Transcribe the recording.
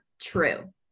true